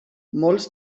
molts